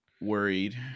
worried